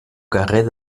carrer